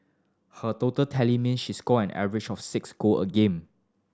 her total tally meant she scored an average of six goal a game